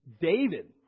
David